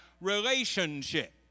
relationship